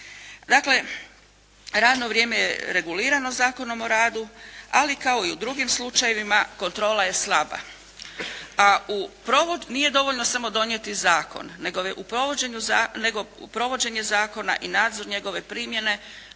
Dakle radno vrijeme je regulirano Zakonom o radu, ali kao i u drugim slučajevima kontrola je slaba. Nije dovoljno samo donijeti zakon nego je u provođenju, nego provođenje zakona i nadzor njegove primjene